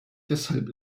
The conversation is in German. deshalb